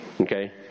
Okay